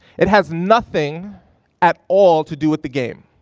it has nothing at all to do with the game.